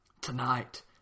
Tonight